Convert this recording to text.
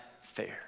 fair